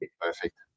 Perfect